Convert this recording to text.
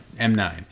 M9